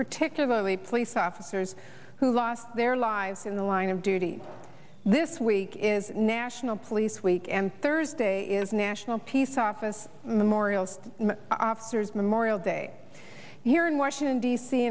particularly place officers who lost their lives in the line of duty this week is national police week and thursday is national peace office memorials officers memorial day here in washington d